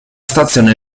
stazione